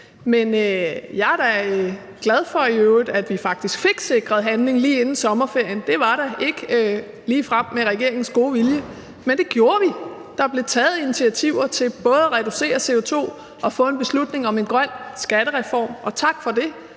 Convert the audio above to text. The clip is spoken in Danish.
i øvrigt glad for, at vi faktisk fik sikret handling lige inden sommerferien. Og det var ikke ligefrem med regeringens gode vilje, men det gjorde vi. Der blev taget initiativer til både at reducere udledningen af CO2 og få en beslutning om en grøn skattereform, og tak for det,